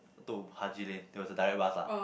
to Haji Lane it was the direct bus ah